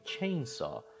chainsaw